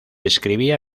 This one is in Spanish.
escribía